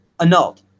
annulled